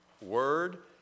word